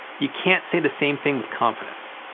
you can't say the same thing with confidence.